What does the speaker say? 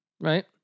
right